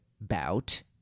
bout